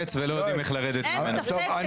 טוב חברים הודעת סיכום.